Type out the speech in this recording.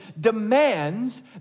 demands